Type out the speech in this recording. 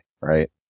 right